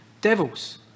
devils